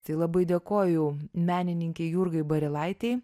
tai labai dėkoju menininkei jurgai barilaitei